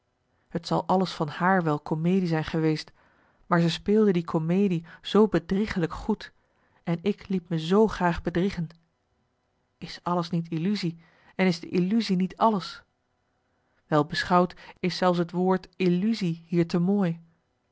t zal alles van haar wel comedie zijn geweest maar ze speelde die comedie zo bedriegelijk goed en ik liet me zoo graag bedriegen is alles niet illusie en is de illusie niet alles wel beschouwd is zelfs het woord illusie hier te mooi